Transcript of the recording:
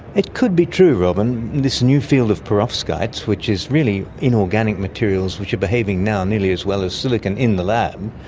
it could be true, robyn. this new field of perovskites, which is really inorganic materials which are behaving now nearly as well as silicon in the lab,